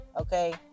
okay